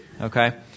Okay